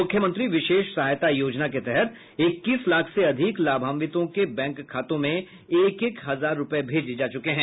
मुख्यमंत्री विशेष सहायता योजना के तहत इक्कीस लाख से अधिक लाभांवितों के बैंक खातों में एक एक हजार रूपये भेजे जा चुके हैं